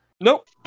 Nope